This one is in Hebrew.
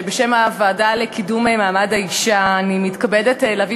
בשם הוועדה לקידום מעמד האישה אני מתכבדת להביא